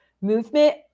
movement